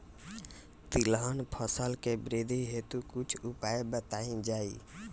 तिलहन फसल के वृद्धी हेतु कुछ उपाय बताई जाई?